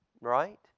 right